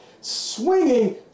swinging